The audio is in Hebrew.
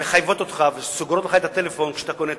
מחייבות אותך וסוגרות לך את הטלפון כשאתה קונה טלפון,